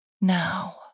Now